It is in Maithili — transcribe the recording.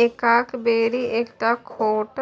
एकाइ बेरी एकटा छोट